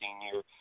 senior